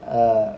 uh